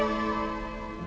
um